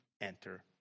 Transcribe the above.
enter